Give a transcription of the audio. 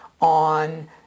on